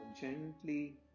gently